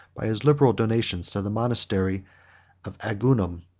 by his liberal donations to the monastery of agaunum,